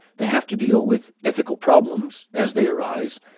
they have to deal with ethical problems as they arise,